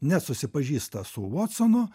net susipažįsta su votsonu